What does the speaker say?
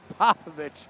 Popovich